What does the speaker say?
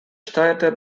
steuerte